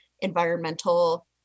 environmental